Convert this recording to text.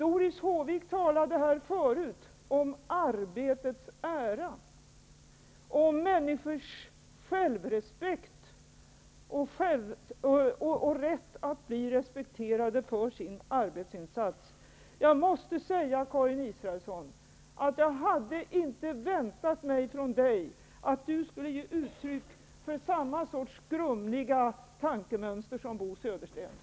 Doris Håvik talade tidigare om arbetets ära och om människors självrespekt och rätt att bli respekterade för sin arbetsinsats. Jag måste säga till Karin Israelsson att jag inte hade väntat mig att hon skulle ge uttryck för samma slags grumliga tankemönster som Bo Södersten.